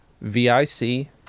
V-I-C